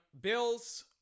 Bills